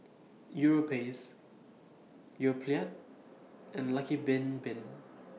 Europace Yoplait and Lucky Bin Bin